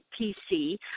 PC